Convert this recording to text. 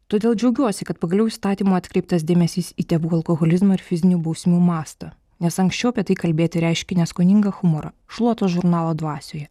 todėl džiaugiuosi kad pagaliau įstatymu atkreiptas dėmesys į tėvų alkoholizmo ir fizinių bausmių mastą nes anksčiau apie tai kalbėti reiškė neskoningą humorą šluotos žurnalo dvasioje